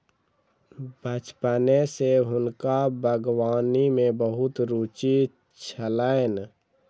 बचपने सॅ हुनका बागवानी में बहुत रूचि छलैन